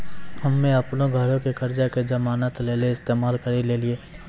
हम्मे अपनो घरो के कर्जा के जमानत लेली इस्तेमाल करि लेलियै